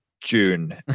June